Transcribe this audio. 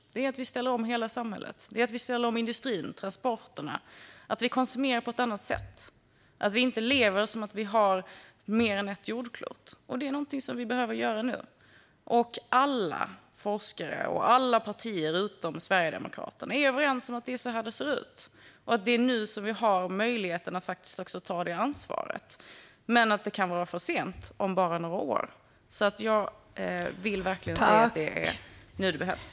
Vi måste ställa om hela samhället, industrin och transporterna. Vi måste konsumera på ett annat sätt. Vi kan inte leva som om det fanns mer än ett jordklot; allt detta behöver vi göra nu. Alla forskare och alla partier utom Sverigedemokraterna är överens om att det är så här det ser ut. Det är nu vi har möjlighet att ta det ansvaret, men om bara några år kan det vara för sent. Jag vill verkligen säga att det är nu som det behövs.